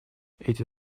эти